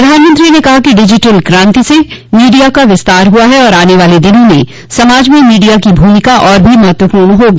प्रधानमंत्री ने कहा कि डिजिटल क्रांति से मीडिया का विस्तार हुआ है और आने वाले दिनों में समाज में मीडिया की भूमिका और भी महत्वपूर्ण होगी